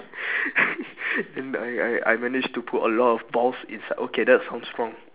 then I I I managed to put a lot of balls inside okay that sounds wrong